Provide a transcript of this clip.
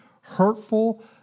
hurtful